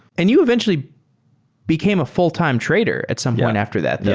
and you eventually became a full-time trader at some point after that.